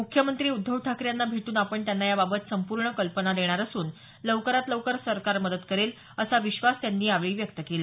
मुख्यमंत्री उद्धव ठाकरे यांना भेटून आपण त्यांना या बाबत संपूर्ण कल्पना देणार असून लवकरात लवकर सरकार मदत करेल असा विश्वास त्यांनी यावेळी व्यक्त केला